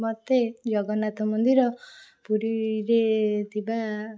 ମୋତେ ଜଗନ୍ନାଥ ମନ୍ଦିର ପୁରୀରେ ଥିବା